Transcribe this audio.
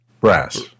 Brass